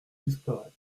disparaît